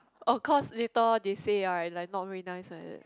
of course later on they say ah like not very nice like that